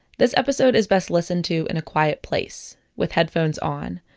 this episode is best listened to in a quiet place, with headphones on.